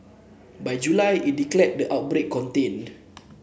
by July it declared the outbreak contained